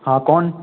हाँ कौन